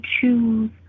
choose